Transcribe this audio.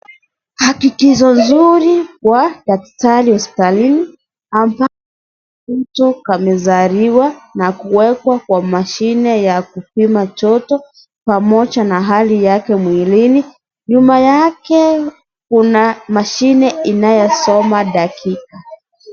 Hakikisho zuri kwa daktari hospitalini ambapo mtu amezaliwa na kuwekwa kwa mashine ya kupima joto pamoja na hali yake mwilini. Nyuma yake kuna mashine inayosoma dakika.